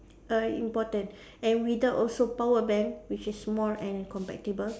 uh important and without also power bank which is small and compatible